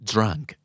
Drunk